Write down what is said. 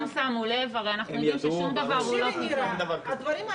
נלאה וגם בדקות האלה